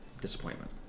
disappointment